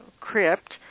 Crypt